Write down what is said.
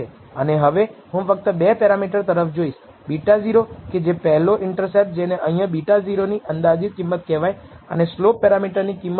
અને હવે હું ફક્ત 2 પેરામીટર તરફ જોઇશ β0 કે જે પહેલો ઇન્ટરસેપ્ટ જેને અહીંયા β0 અંદાજિત કિંમત કહેવાય અને સ્લોપ પેરામીટર ની કિંમત 15